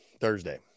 Thursday